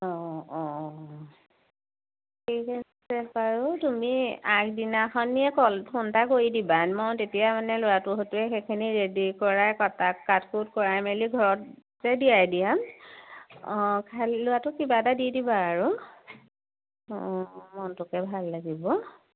অঁ অঁ ঠিক আছে বাৰু তুমি আগদিনাখনিয়ে ক'ল ফোন এটা কৰি দিবা মই তেতিয়া মানে ল'ৰাটোৰ হতোৱাই সেইখিনি ৰেডি কৰাই কটাই কাট কোট কৰাই মেলি ঘৰতে দিয়াই দিয়াম অঁ খালি ল'ৰাটোক কিবা এটা দি দিবা আৰু অঁ মনটোকে ভাল লাগিব